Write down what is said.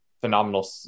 phenomenal